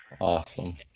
Awesome